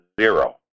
zero